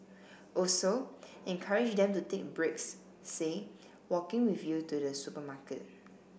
also encourage them to take breaks say walking with you to the supermarket